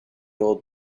old